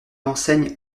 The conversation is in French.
enseigne